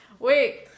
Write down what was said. Wait